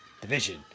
division